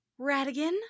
Radigan